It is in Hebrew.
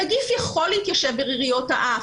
הנגיף יכול להתיישב בריריות האף.